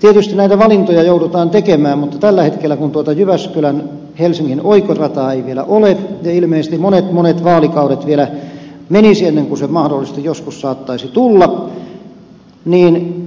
tietysti näitä valintoja joudutaan tekemään mutta tällä hetkellä kun tuota jyväskylänhelsingin oikorataa ei vielä ole ja ilmeisesti monet monet vaalikaudet vielä menisi ennen kuin se mahdollisesti joskus saattaisi tulla niin